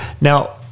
now